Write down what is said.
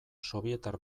sobietar